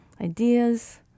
ideas